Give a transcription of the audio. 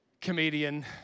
comedian